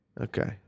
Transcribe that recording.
Okay